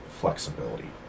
flexibility